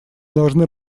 должны